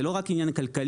זה לא רק העניין הכלכלי.